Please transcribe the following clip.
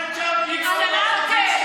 אבל אי-אפשר לצעוק על האופוזיציה.